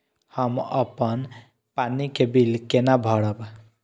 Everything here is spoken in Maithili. हम अपन पानी के बिल केना भरब?